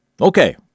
Okay